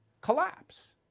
collapse